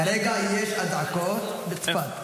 כרגע יש אזעקות בצפת.